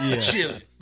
Chilling